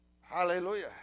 Hallelujah